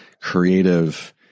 creative